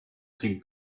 sin